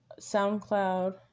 SoundCloud